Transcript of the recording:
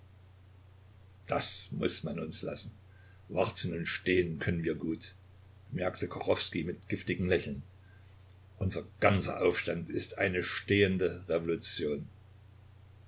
das muß man uns lassen warten und stehen können wir gut bemerkte kachowskij mit giftigem lächeln unser ganzer aufstand ist eine stehende revolution